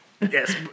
Yes